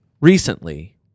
recently